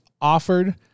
offered